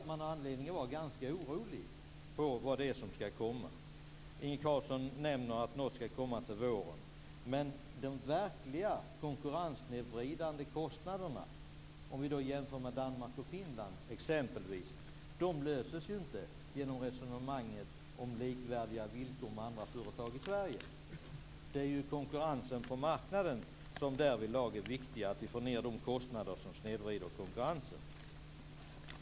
Man har anledning att vara orolig för vad som skall komma. Inge Carlsson nämner att något skall komma till våren. Problemet med de verkliga konkurrenssnedvridande kostnaderna, om vi jämför med exempelvis Danmark och Finland, löses ju inte genom resonemanget om likvärdiga villkor med andra företag i Sverige. Det är ju konkurrensen på marknaden som därvidlag är viktig, att vi får ned de kostnader som snedvrider konkurrensen.